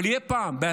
אבל פעם יהיה.